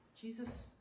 Jesus